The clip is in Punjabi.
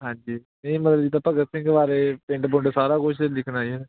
ਹਾਂਜੀ ਅਤੇ ਮਤਲਬ ਜਿੱਦਾਂ ਭਗਤ ਸਿੰਘ ਬਾਰੇ ਪਿੰਡ ਪੁੰਡ ਸਾਰਾ ਕੁਛ ਲਿਖਣਾ ਜੀ ਹੈ ਨਾ